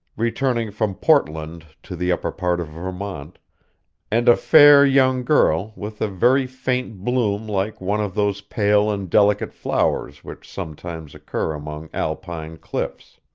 returning from portland to the upper part of vermont and a fair young girl, with a very faint bloom like one of those pale and delicate flowers which sometimes occur among alpine cliffs.